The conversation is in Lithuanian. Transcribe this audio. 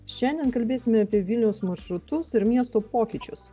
šiandien kalbėsime apie vilniaus maršrutus ir miesto pokyčius